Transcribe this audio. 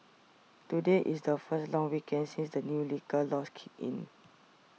today is the first long weekend since the new liquor laws kicked in